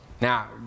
Now